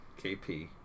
KP